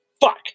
fuck